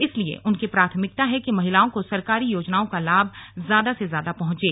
इसलिए उनकी प्राथमिकता है कि महिलाओं को सरकारी योजनाओं का लाभ ज्यादा से ज्यादा पहंचे